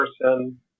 person